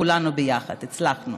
כולנו ביחד הצלחנו.